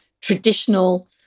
traditional